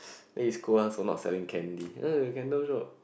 then you scold us for not selling candy uh a candle shop